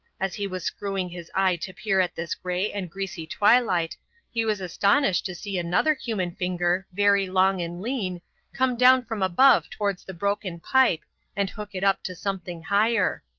as he was screwing his eye to peer at this grey and greasy twilight he was astonished to see another human finger very long and lean come down from above towards the broken pipe and hook it up to something higher.